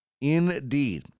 Indeed